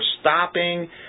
stopping